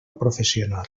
professional